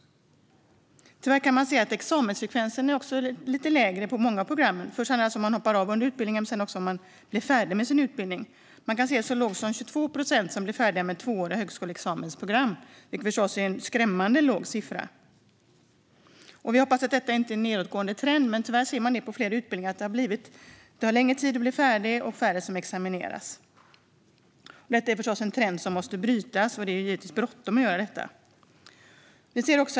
Tyvärr kan man också se att examensfrekvensen är lite lägre på många program, eftersom studenter hoppar av under utbildningen eller inte blir färdiga med sin utbildning. Det är så lite som 22 procent som blir färdiga med tvååriga högskoleexamensprogram, vilket förstås är en skrämmande låg siffra. Vi hoppas att detta inte är en nedåtgående trend, men tyvärr ser man på flera utbildningar att det tar längre tid att bli färdig och att det är färre som examineras. Detta är förstås en trend som måste brytas, och det är givetvis bråttom att göra detta.